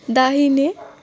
दाहिने